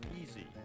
easy